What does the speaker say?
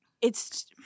it's-